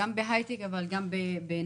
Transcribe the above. גם בהייטק אבל גם בנדל"ן.